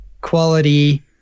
quality